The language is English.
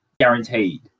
Guaranteed